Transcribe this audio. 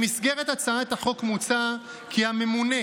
במסגרת הצעת החוק מוצע כי הממונה,